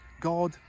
God